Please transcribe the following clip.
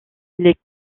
les